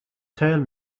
tell